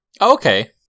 Okay